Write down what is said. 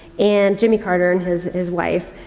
and, jimmy carter and his, his wife.